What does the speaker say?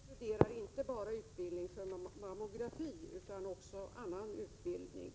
Fru talman! Jag nämnde i mitt svar ett annat belopp än det Margö Ingvardsson anförde. Det belopp hon förde fram inkluderar inte bara utbildning för mammografi, utan också annan utbildning.